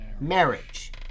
marriage